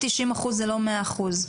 90-80 אחוז זה לא 100 אחוז.